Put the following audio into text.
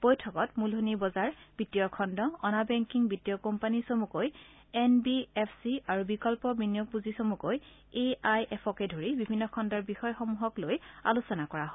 বৈঠকত মূলধনী বজাৰ বিত্তীয় খণ্ড অনা বেংকিং বিত্তীয় কোম্পানী চমুকৈ এন বি এফ চি আৰু বিকল্প বিনিয়োগ পুজি চমুকৈ এ আই এফকে ধৰি বিভিন্ন খণ্ডৰ বিষয়সমূহক লৈ আলোচনা কৰা হয়